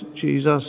Jesus